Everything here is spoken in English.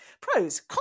Pros